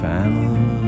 family